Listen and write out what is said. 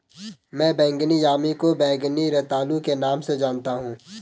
मैं बैंगनी यामी को बैंगनी रतालू के नाम से जानता हूं